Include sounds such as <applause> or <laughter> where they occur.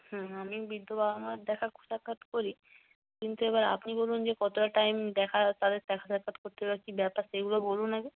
হুম আমি বৃদ্ধ বাবা মার দেখা <unintelligible> সাক্ষাৎ করি কিন্তু এবার আপনি বলুন যে কতটা টাইম দেখা তাদের দেখা সাক্ষাৎ করতে <unintelligible> কী ব্যাপার সেগুলো বলুন আগে